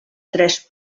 tres